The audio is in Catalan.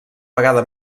vegada